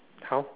how